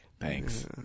Thanks